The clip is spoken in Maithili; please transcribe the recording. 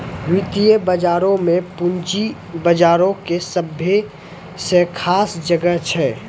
वित्तीय बजारो मे पूंजी बजारो के सभ्भे से खास जगह छै